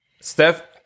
Steph